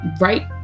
Right